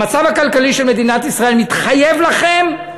במצב הכלכלי של מדינת ישראל, אני מתחייב לכם,